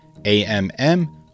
AMM